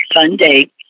Sunday